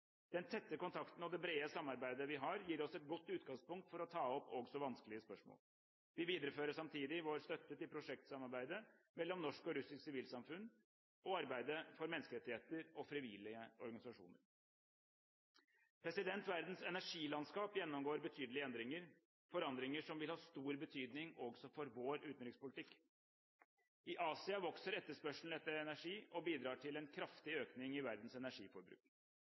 Den tette kontakten og det brede samarbeidet vi har, gir oss et godt utgangspunkt for å ta opp også vanskelige spørsmål. Vi viderefører samtidig vår støtte til prosjektsamarbeidet mellom norsk og russisk sivilsamfunn og til arbeidet for menneskerettigheter og frivillige organisasjoner. Verdens energilandskap gjennomgår betydelige endringer, forandringer som vil ha stor betydning også for vår utenrikspolitikk. I Asia vokser etterspørselen etter energi og bidrar til en kraftig økning i verdens energiforbruk.